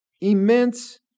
immense